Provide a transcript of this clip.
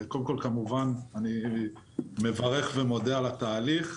קודם כל, כמובן, אני מברך ומודה על התהליך.